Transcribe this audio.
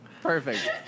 Perfect